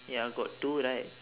ya got two right